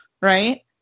right